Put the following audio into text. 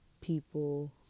people